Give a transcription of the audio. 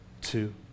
two